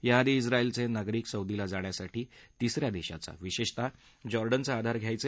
याआधी इस्राइलचे नागरिक सौदीला जाण्यासाठी तिसन्या देशाचा विशेषतः जॉर्डनचा आधार घ्यायचे